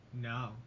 No